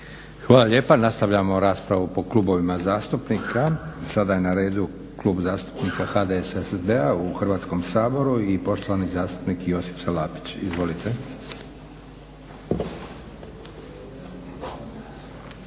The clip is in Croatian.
Hvala lijepa. Nastavljamo raspravu po klubovima zastupnika. Sada je na redu Klub zastupnika HDSSB-a u Hrvatskom saboru i poštovani zastupnik Josip Salapić. **Salapić,